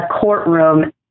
courtroom